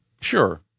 Sure